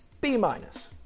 B-minus